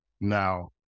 Now